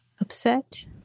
upset